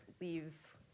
leaves